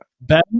Ben